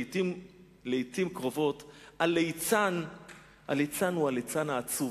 לעתים קרובות הליצן הוא הליצן העצוב.